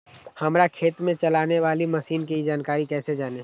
हमारे खेत में चलाने वाली मशीन की जानकारी कैसे जाने?